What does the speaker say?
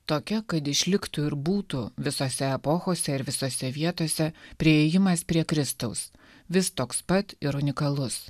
tokia kad išliktų ir būtų visose epochose ir visose vietose priėjimas prie kristaus vis toks pat ir unikalus